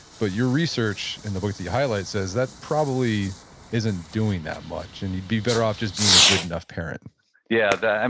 but your research in the book that you highlight says that probably isn't doing that much, and you'd be better off just being a good-enough parent yeah. and